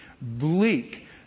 bleak